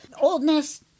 oldness